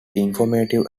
informative